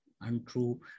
untrue